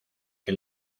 que